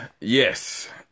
yes